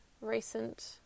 recent